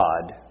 God